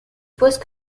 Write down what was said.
pose